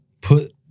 put